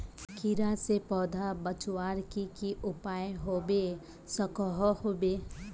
कीड़ा से पौधा बचवार की की उपाय होबे सकोहो होबे?